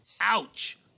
Ouch